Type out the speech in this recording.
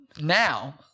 now